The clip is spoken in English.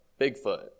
Bigfoot